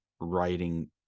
writing